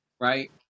right